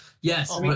Yes